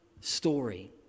story